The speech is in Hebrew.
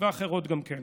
ואחרות גם כן.